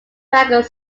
back